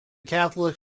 catholic